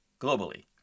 globally